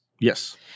Yes